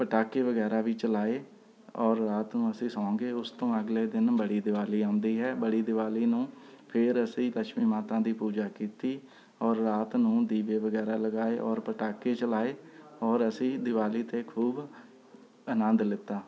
ਪਟਾਕੇ ਵਗੈਰਾ ਵੀ ਚਲਾਏ ਔਰ ਰਾਤ ਨੂੰ ਅਸੀਂ ਸੋ ਗਏ ਉਸ ਤੋਂ ਅਗਲੇ ਦਿਨ ਬੜੀ ਦੀਵਾਲੀ ਆਉਂਦੀ ਹੈ ਬੜੀ ਦੀਵਾਲੀ ਨੂੰ ਫਿਰ ਅਸੀਂ ਲੱਛਮੀ ਮਾਤਾ ਦੀ ਪੂਜਾ ਕੀਤੀ ਔਰ ਰਾਤ ਨੂੰ ਦੀਵੇ ਵਗੈਰਾ ਲਗਾਏ ਔਰ ਪਟਾਕੇ ਚਲਾਏ ਔਰ ਅਸੀਂ ਦੀਵਾਲੀ 'ਤੇ ਖੂਬ ਆਨੰਦ ਲਿੱਤਾ